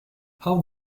how